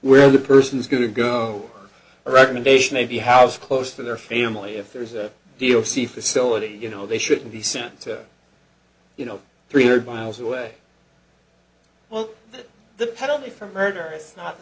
where the person's going to go or recommendation if you house close to their family if there's a deal see facility you know they shouldn't be sent to you know three hundred miles away well the penalty for murder is not